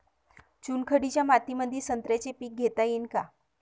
चुनखडीच्या मातीमंदी संत्र्याचे पीक घेता येईन का?